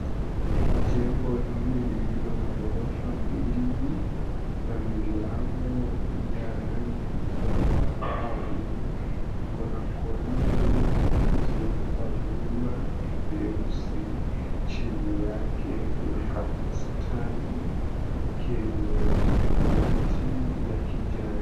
Jengo hili lililo na ghorofa mbili na milango ya rangi ya zambarau liko na corridor zilizowekwa vyuma vyeusi, chini yake kuna ka-bustani kenye miti ya kijani.